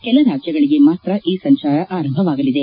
ಕೆಲ ರಾಜ್ಯಗಳಿಗೆ ಮಾತ್ರ ಈ ಸಂಚಾರ ಆರಂಭವಾಗಲಿದೆ